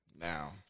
now